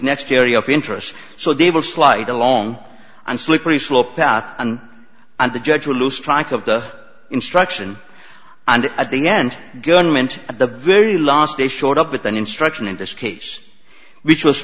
jerry of interest so they will slide along and slippery slope out and the judge will lose track of the instruction and at the end government at the very last day showed up with an instruction in this case which was